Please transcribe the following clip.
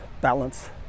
balance